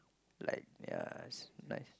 like ya nice